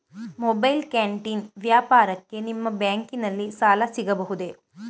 Mobile canteen ವ್ಯಾಪಾರಕ್ಕೆ ನಿಮ್ಮ ಬ್ಯಾಂಕಿನಲ್ಲಿ ಸಾಲ ಸಿಗಬಹುದೇ?